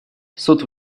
суд